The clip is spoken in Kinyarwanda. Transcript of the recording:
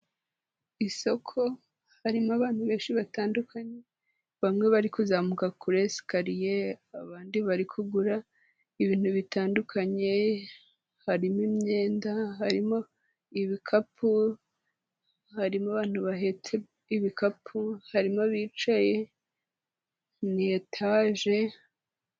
Isoko harimo abantu benshi batandukanye bamwe bari kuzamuka kuri esikariyeri abandi bari kugura ibintu bitandukanye harimo imyenda, harimo ibikapu, harimo abantu bahetse ibikapu, harimo abicaye ni etage...